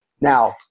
Now